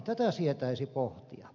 tätä sietäisi pohtia